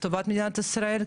טובת מדינת ישראל,